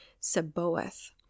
Seboeth